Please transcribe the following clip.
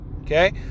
Okay